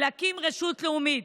להקים רשות לאומית.